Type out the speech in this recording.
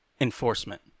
enforcement